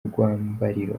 rwambariro